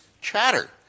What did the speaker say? chatter